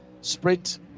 sprint